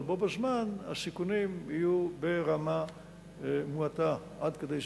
אבל בו בזמן הסיכונים יהיו ברמה מועטה עד כדי זניחה.